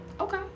Okay